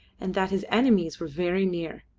and that his enemies were very near.